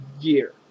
year